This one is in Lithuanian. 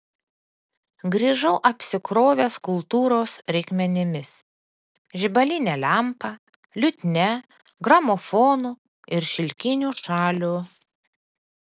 grįžau apsikrovęs kultūros reikmenimis žibaline lempa liutnia gramofonu ir šilkiniu šalių